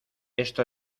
esto